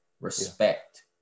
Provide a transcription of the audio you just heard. respect